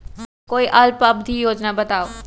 कोई अल्प अवधि योजना बताऊ?